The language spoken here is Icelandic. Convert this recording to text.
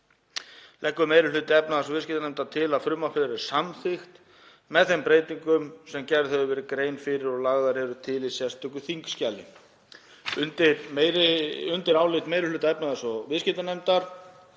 leggur meiri hluti efnahags- og viðskiptanefndar til að frumvarpið verði samþykkt með þeim breytingum sem gerð hefur verið grein fyrir og lagðar eru til í sérstöku þingskjali. Undir álit meiri hluta efnahags- og viðskiptanefndar